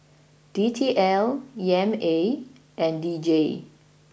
D T L E M A and D J